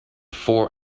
four